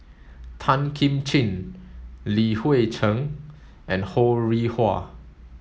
Tan Kim Ching Li Hui Cheng and Ho Rih Hwa